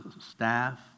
staff